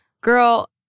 girl